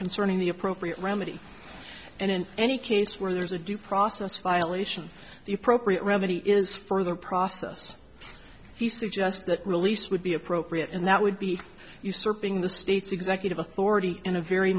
concerning the appropriate remedy and in any case where there's a due process violation the appropriate remedy is for the process he suggests that release would be appropriate and that would be usurping the state's executive authority in a very